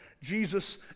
Jesus